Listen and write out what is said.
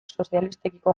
sozialistekiko